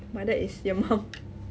madat is your mum